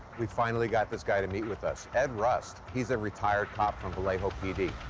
we finally got this guy to meet with us. ed rust, he's a retired cop from vallejo pd.